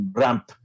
ramp